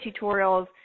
tutorials